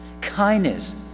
kindness